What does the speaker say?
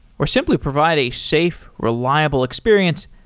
or simply provide a safe, reliable experience,